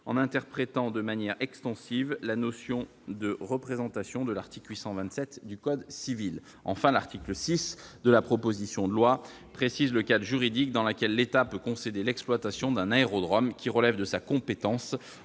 en interprétant de manière extensive la notion de représentation de l'article 827 du code civil. Enfin, l'article 6 de la proposition de loi précise le cadre juridique dans lequel l'État peut concéder l'exploitation d'un aérodrome qui relève de sa compétence